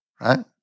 Right